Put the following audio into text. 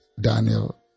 Daniel